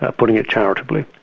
ah putting it charitably.